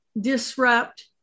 disrupt